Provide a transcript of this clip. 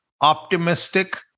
optimistic